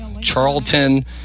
Charlton